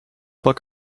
book